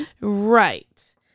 Right